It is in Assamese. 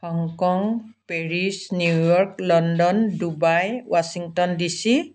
Hong Kong Paris New York London Dubai Washington DC